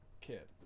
kid